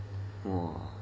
!wah!